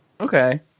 Okay